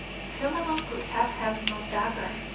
philemon could have had no dagger.